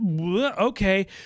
okay